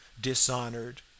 Dishonored